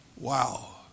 Wow